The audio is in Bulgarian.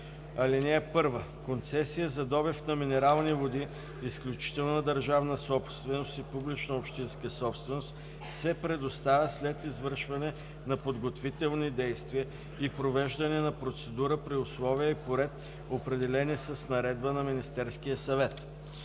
„(1) Концесия за добив на минерални води – изключителна държавна собственост и публична общинска собственост, се предоставя след извършване на подготвителни действия и провеждане на процедура при условия и по ред, определени с наредба на Министерския съвет.“;